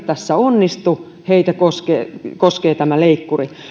tässä onnistu heitä koskee koskee tämä leikkuri